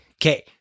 Okay